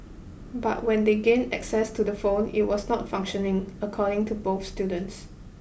but when they gained access to the phone it was not functioning according to both students